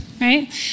right